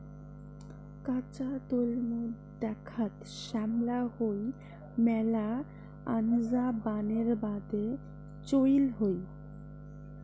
কাঁচা তলমু দ্যাখ্যাত শ্যামলা হই মেলা আনজা বানের বাদে চইল হই